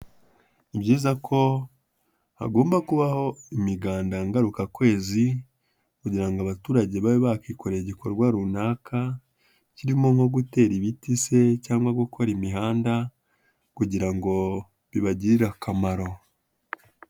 Ni byiza ko hagomba kubaho imiganda ngarukakwezi kugira ngo abaturage babe bakikoreye igikorwa runaka, kirimo nko gutera ibiti se cyangwa gukora imihanda kugira ngo bibagirire akamaro.